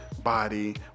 body